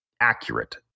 accurate